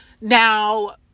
Now